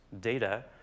data